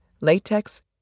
latex